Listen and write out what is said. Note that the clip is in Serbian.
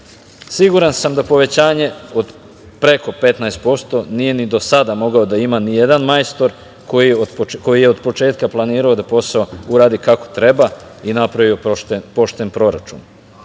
Siguran sam da povećanje od preko 15% nije ni do sada mogao da ima nijedan majstor koji je od početka planirao da posao uradi kako treba i napravio pošten proračun. Što